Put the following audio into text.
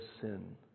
sin